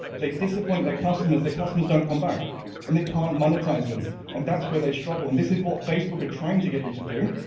they disappoint their customers. their customers don't come back and they can't monetise them and that's where they struggle, and this is what facebook are trying to get you to do,